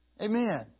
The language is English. Amen